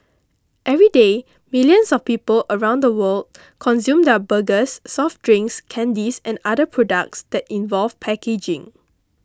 everyday millions of people around the world consume their burgers soft drinks candies and other products that involve packaging